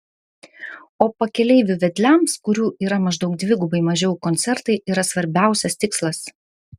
o pakeleivių vedliams kurių yra maždaug dvigubai mažiau koncertai yra svarbiausias tikslas